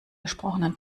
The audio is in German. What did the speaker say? gesprochenen